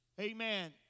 amen